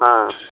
ہاں